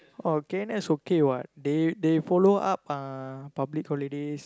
oh K_N_S okay what they they follow up uh public holidays